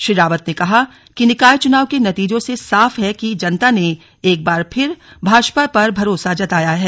श्री रावत ने कहा कि निकाय चुनाव के नतीजों से साफ है कि जनता ने एक बार फिर भाजपा पर भरोसा जताया है